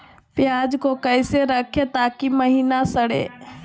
प्याज को कैसे रखे ताकि महिना सड़े?